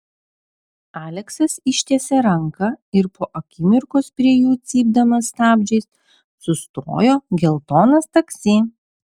aleksas ištiesė ranką ir po akimirkos prie jų cypdamas stabdžiais sustojo geltonas taksi